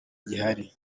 gihari